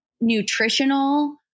nutritional